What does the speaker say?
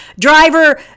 driver